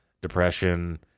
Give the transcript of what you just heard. depression